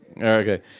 okay